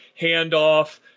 handoff